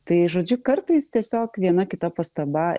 tai žodžiu kartais tiesiog viena kita pastaba